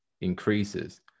increases